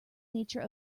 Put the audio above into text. nature